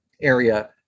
area